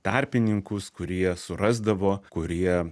tarpininkus kurie surasdavo kurie